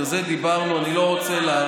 על זה דיברנו, אני לא רוצה להאריך.